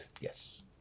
Yes